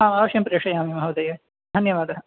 आम् अवश्यं प्रेषयामि महोदये धन्यवादः